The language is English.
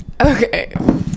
okay